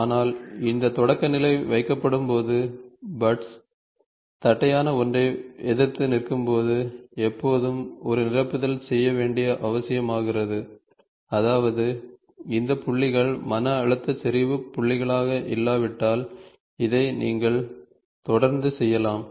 ஆனால் இந்த தொடக்க நிலை வைக்கப்படும் போது பட்ஸ் தட்டையான ஒன்றை எதிர்த்து நிற்கும்போது எப்போதும் ஒரு நிரப்புதல் செய்ய வேண்டியது அவசியமாகிறது அதாவது இந்த புள்ளிகள் மன அழுத்த செறிவு புள்ளிகளாக இல்லாவிட்டால் இதை நீங்கள் தொடர்ந்து செய்யலாம்